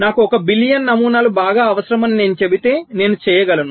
నాకు 1 బిలియన్ నమూనాలు బాగా అవసరమని నేను చెబితే నేను చేయగలను